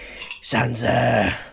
Sansa